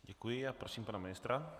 Děkuji a prosím pana ministra.